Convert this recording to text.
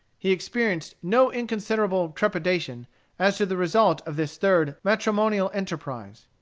he experienced no inconsiderable trepidation as to the result of this third matrimonial enterprise.